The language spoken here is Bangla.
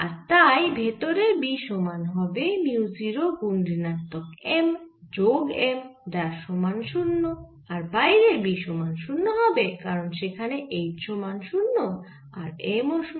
আর তাই ভেতরে B সমান হবে মিউ 0 গুন ঋণাত্মক M যোগ M যার সমান 0 আর বাইরে B সমান 0 হবে কারণ সেখানে H সমান 0 আর M ও 0